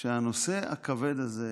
שהנושא הכבד הזה,